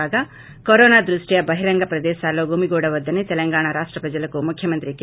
కాగా కరోనా దృష్ట్యా బహిరంగ ప్రదేశాల్లో గుమిగూడవద్దని తెలంగాణా రాష్ట ప్రజలకు ముఖ్యమంత్రి కె